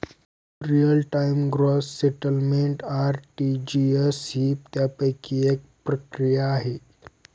real time gross settlement RTGS ही त्यापैकी एक प्रक्रिया आहे